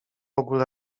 ogóle